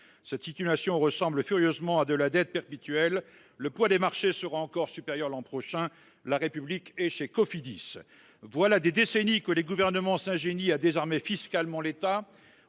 Cette situation ressemble furieusement à de la dette perpétuelle. Le poids des marchés sera encore supérieur l’année prochaine. La République est chez Cofidis ! Voilà des décennies que les gouvernements s’ingénient à désarmer fiscalement l’État.